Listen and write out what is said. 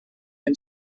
and